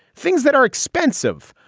things that are expensive.